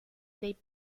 dei